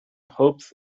hopes